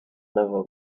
never